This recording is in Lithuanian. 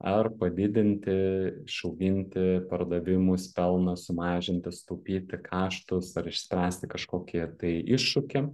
ar padidinti išauginti pardavimus pelną sumažinti sutaupyti kaštus ar išspręsti kažkokį tai iššūkį